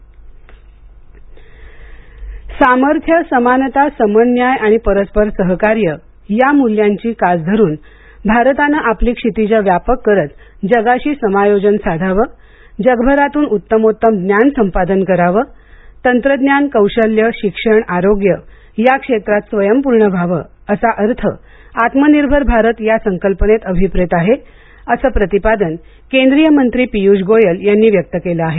आत्मनिर्भर भारत सामर्थ्य समानता समन्याय आणि परस्पर सहकार्य या मूल्यांची कास धरून भारताने आपली क्षितिजे व्यापक करत जगाशी समायोजन साधावं जगभरातून उतमोत्तम ज्ञान संपादन करावं तंत्रज्ञान कौशल्ये शिक्षण आरोग्य या क्षेत्रांत स्वयंपूर्ण व्हावं असा अर्थ आत्मनिर्भर भारत या संकल्पनेत अभिप्रेत आहे असं प्रतिपादन केंद्रीय मंत्री पीयूष गोयल यांनी व्यक्त केलं आहे